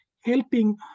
helping